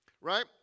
right